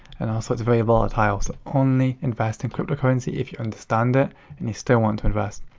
and also it's very volatile so only invest in cryptocurrency if you understand it and you still want to invest.